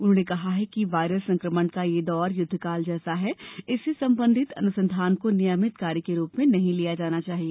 उन्होंने कहा कि वायरस संक्रमण का यह दौर युद्धकाल जैसा है इससे संबंधित अनुसंधान को नियमित कार्य के रूप में नहीं लिया जाना चाहिए